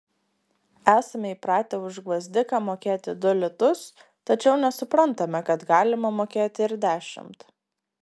esame įpratę už gvazdiką mokėti du litus tačiau nesuprantame kad galima mokėti ir dešimt